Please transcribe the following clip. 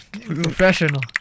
Professional